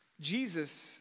Jesus